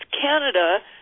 Canada